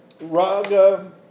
Raga